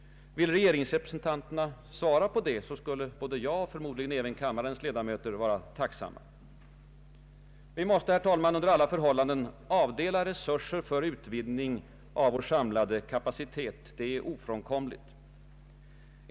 Vill regeringsrepresentanterna svara på det så skulle både jag och förmodligen även kammarens ledamöter vara tacksamma. Vi måste, herr talman, under alla förhållanden avdela resurser för utvidgning av vår samlade kapacitet. Det är ofrånkomligt.